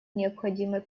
необходимой